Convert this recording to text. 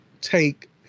take